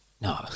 No